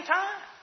time